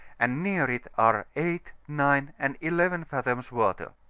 and near it are eight, nine, and eleven fathoms water.